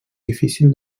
difícil